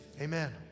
amen